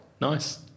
Nice